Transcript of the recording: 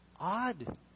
odd